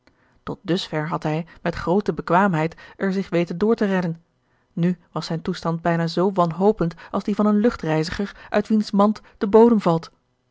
dus ver had hij met groote bekwaamheid er zich weten door te redden nu was zijn toestand bijna zoo wanhopend als die van een luchtreizigeorge een ongeluksvogel ger uit wiens mand de bodem valt